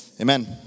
amen